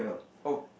oh